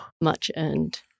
much-earned